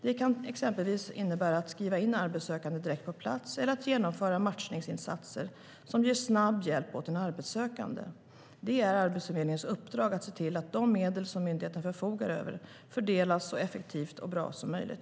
Det kan exempelvis innebära att skriva in arbetssökande direkt på plats eller att genomföra matchningsinsatser som ger snabb hjälp åt den arbetssökande. Det är Arbetsförmedlingens uppdrag att se till att de medel som myndigheten förfogar över fördelas så effektivt och bra som möjligt.